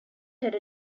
head